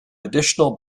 additional